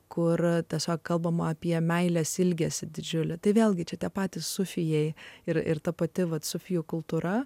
kur tiesiog kalbama apie meilės ilgesį didžiulę tai vėlgi tie patys sufijai ir ir ta pati vat sufijų kultūra